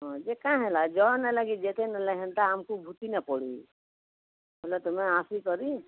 ହଁ ଯେ କାଁ ହେଲା ଯହ ନେଲା କି ଯେତେ ନେଲେ ହେନ୍ତା ଆମ୍କୁ ଭୁତି ନେ ପଡ଼ୁ ବୋଲେ ତୁମେ ଆସିକରି